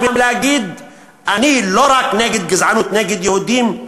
ולהגיד: אני לא רק נגד גזענות נגד יהודים,